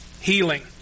healing